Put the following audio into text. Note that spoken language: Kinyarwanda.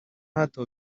hato